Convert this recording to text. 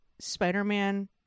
Spider-Man